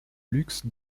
luxe